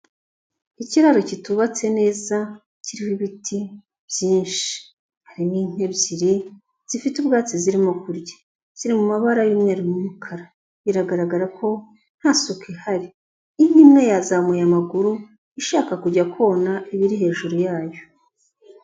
Ikiraro kitubatse neza kirimo ibiti byinshi, harimo inka ebyiri zifite ubwatsi zirimo kurya, ziri mu mabara y'umweru n'umukara, biragaragara ko nta suku ihari, inka imwe yazamuye amaguru ishaka kujya kona ibiri hejuru yayo.